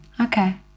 okay